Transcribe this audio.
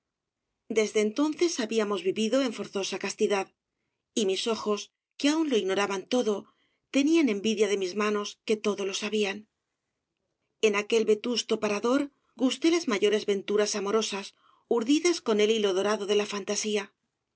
desde entonces habíamos vivido en forzosa castidad y mis ojos que aún lo ignoraban todo tem'an envidia de mis manos que todo lo sabían en aquel vetusto parador gusté las mayog obras de valle inclan res venturas amorosas urdidas con el hilo dorado de la fantasía